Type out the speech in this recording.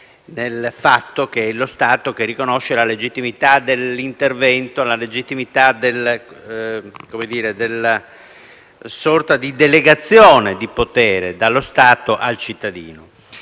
nel fatto che è lo Stato a riconoscere la legittimità dell'intervento, la legittimità di una sorta di delegazione di potere dallo Stato al cittadino.